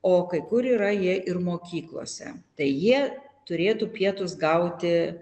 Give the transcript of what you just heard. o kai kur yra jie ir mokyklose tai jie turėtų pietus gauti